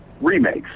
remakes